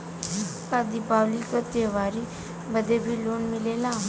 का दिवाली का त्योहारी बदे भी लोन मिलेला?